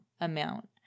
amount